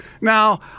Now